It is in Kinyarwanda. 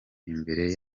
imbere